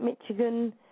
Michigan